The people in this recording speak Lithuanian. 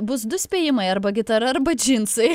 bus du spėjimai arba gitara arba džinsai